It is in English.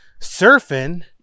surfing